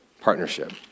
partnership